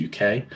uk